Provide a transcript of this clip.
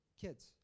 kids